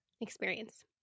experience